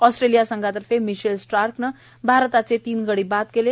Australia संघातर्फे Mitchell स्टार्कने भारताचे तीन गडी बाद केले